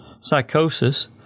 psychosis